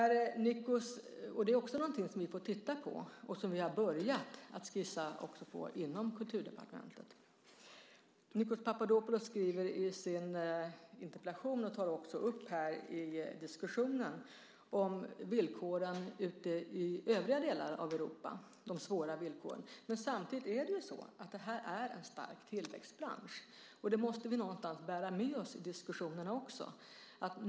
Det är också någonting som vi får titta, och vi har börjat skissa på detta inom Kulturdepartementet. Nikos Papadopoulos skriver i sin interpellation om, och tar också upp här i diskussionen, de svåra villkoren ute i övriga delar av Europa, men samtidigt är det här ju en stark tillväxtbransch. Det måste vi bära med oss i diskussionerna också.